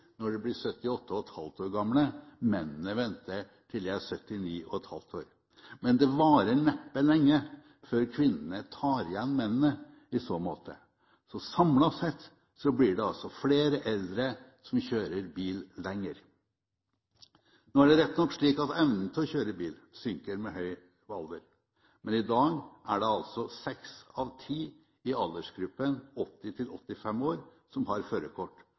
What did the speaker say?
når de blir 78,5 år gamle, mennene venter til de er 79,5 år. Men det varer neppe lenge før kvinnene tar igjen mennene i så måte. Samlet sett blir det altså flere eldre som kjører bil lenger. Nå er det rett nok slik at evnen til å kjøre bil synker med høy alder, men i dag er det altså seks av ti i aldersgruppen 80–85 år som har førerkort,